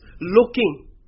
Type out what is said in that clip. looking